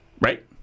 right